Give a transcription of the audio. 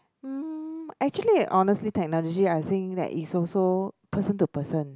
mm actually honestly technology I think that is also person to person